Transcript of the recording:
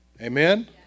Amen